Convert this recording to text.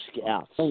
scouts